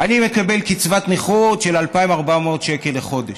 אני מקבל קצבת נכות של 2,400 שקל לחודש.